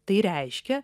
tai reiškia